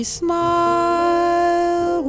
smile